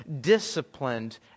disciplined